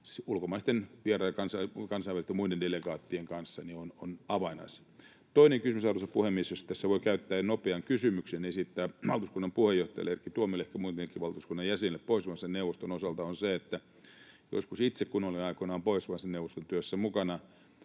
ulkomaisten vieraiden, kansainvälisten ja muiden delegaattien kanssa — on avainasia. Toinen kysymys, arvoisa puhemies, jos tässä voi käyttää ja nopean kysymyksen esittää valtuuskunnan puheenjohtajalle Erkki Tuomiojalle ja ehkä muillekin valtuuskunnan jäsenille Pohjoismaiden neuvoston osalta, on se, että kun olin joskus aikoinaan itse Pohjoismaiden neuvoston työssä mukana,